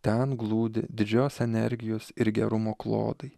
ten glūdi didžios energijos ir gerumo klodai